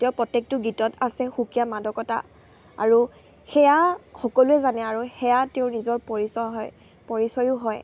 তেওঁৰ প্ৰত্যেকটো গীতত আছে সুকীয়া মাদকতা আৰু সেয়া সকলোৱে জানে আৰু সেয়া তেওঁৰ নিজৰ পৰিচয় হয় পৰিচয়ো হয়